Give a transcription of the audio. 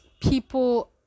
people